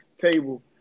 table